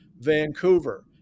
Vancouver